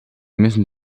müssen